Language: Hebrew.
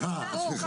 מאוד